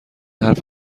حرف